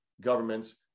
governments